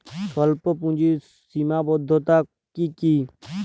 স্বল্পপুঁজির সীমাবদ্ধতা কী কী?